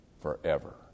forever